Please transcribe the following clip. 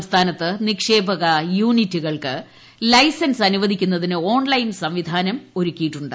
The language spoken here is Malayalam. സംസ്ഥാനത്ത് നിക്ഷേപക യൂണിറ്റുകൾക്ക് ലൈസൻസ് അനുവദിക്കുന്നതിന് ഓൺലൈൻ സംവിധാനം ഒരുക്കിയിട്ടുണ്ട്